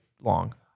long